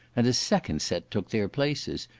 and a second set took their places,